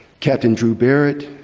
captain drue barrett,